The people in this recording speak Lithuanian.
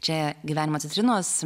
čia gyvenimo citrinos